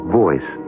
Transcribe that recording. voice